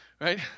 right